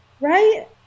Right